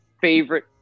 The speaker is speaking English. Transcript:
favorite